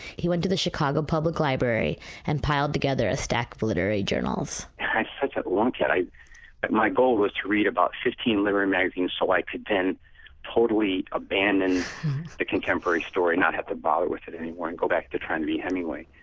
he went to the chicago public library and piled together a stack of literary journals such a lunkhead, but my goal was to read about fifteen literary magazines. so i could then totally abandon the contemporary story, not have to bother with it anymore and go back to trying to be hemingway.